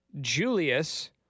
Julius